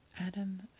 Adam